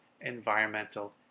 environmental